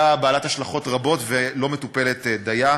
בעלת השלכות רבות שאינה מטופלת דייה.